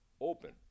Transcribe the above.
open